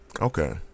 Okay